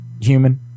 human